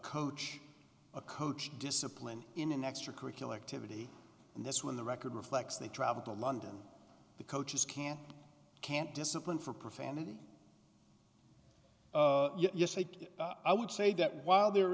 coach a coach disciplined in an extracurricular activity and this when the record reflects they travel to london the coaches can't can't discipline for profanity yes and i would say that while they're